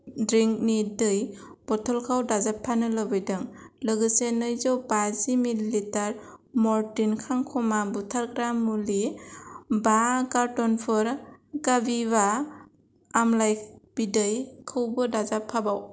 दिंग्रिनि दै बथलखौ दाजाबफानो लुबैदों लोगोसे नैजौ बाजि मिलि लिटार मरटिन खांखमा बुथारग्रा मुलि बा कारटुनफोर कापिवा आमलाइ बिदै खौबो दाजाबफाबाव